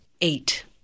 Eight